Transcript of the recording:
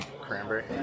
cranberry